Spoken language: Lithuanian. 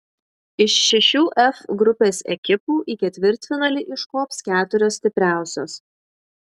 iš šešių f grupės ekipų į ketvirtfinalį iškops keturios stipriausios